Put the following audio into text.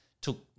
took